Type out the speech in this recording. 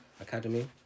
academy